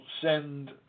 send